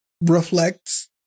reflects